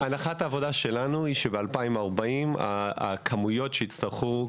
הנחת העבודה שלנו היא שבשנת 2040 הכמויות שיצטרכו,